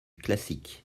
classique